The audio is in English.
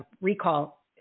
recall